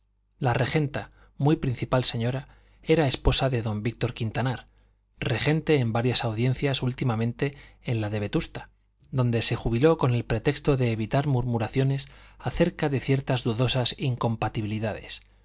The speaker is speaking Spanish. la regenta muy principal señora era esposa de don víctor quintanar regente en varias audiencias últimamente en la de vetusta donde se jubiló con el pretexto de evitar murmuraciones acerca de ciertas dudosas incompatibilidades